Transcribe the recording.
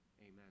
amen